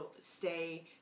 stay